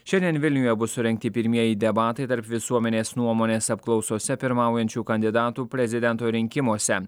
šiandien vilniuje bus surengti pirmieji debatai tarp visuomenės nuomonės apklausose pirmaujančių kandidatų prezidento rinkimuose